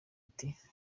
ati